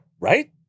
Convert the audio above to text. right